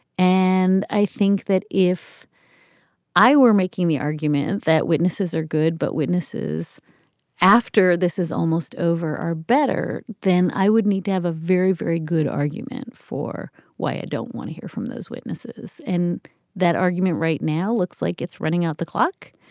and i think that if i were making the argument that witnesses are good, but witnesses after this is almost over or better, then i would need to have a very, very good argument for why i don't want to hear from those witnesses in that argument right now. looks like it's running out the clock.